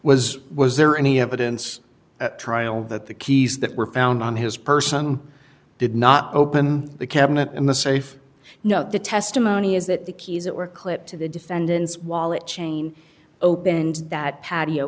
was was there any evidence at trial that the keys that were found on his person did not open the cabinet in the safe note the testimony is that the keys that were clipped to the defendant's wallet chain opened that patio